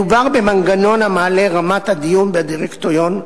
מדובר במנגנון המעלה את רמת הדיון בדירקטוריון,